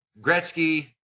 Gretzky